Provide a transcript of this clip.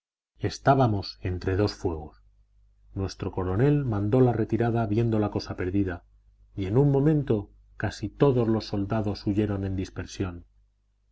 estábamos entre dos fuegos nuestro coronel mandó la retirada viendo la cosa perdida y en un momento casi todos los soldados huyeron en dispersión